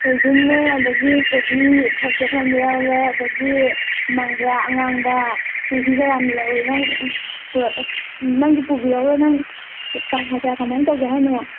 ꯁꯣꯏꯕꯨꯝꯅꯦ ꯑꯗꯒꯤ ꯀꯣꯕꯤ ꯊꯝꯆꯦꯠꯃꯥꯟꯕꯤ ꯌꯥꯎꯔꯦ ꯑꯗꯒꯤ ꯃꯪꯒ꯭ꯔꯥ ꯑꯉꯥꯡꯕ ꯆꯨꯍꯤꯒ ꯌꯥꯝ ꯌꯥꯎꯋꯦ ꯅꯪ ꯄꯨꯔꯛ ꯅꯪꯒꯤ ꯄꯨꯕꯤꯔꯛꯑꯒ ꯅꯪ ꯀꯌꯥ ꯀꯌꯥ ꯀꯃꯥꯏꯅ ꯇꯧꯒꯦ ꯍꯥꯏꯅꯣ